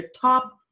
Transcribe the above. top